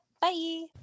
bye